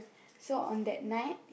so on that night